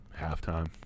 halftime